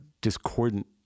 discordant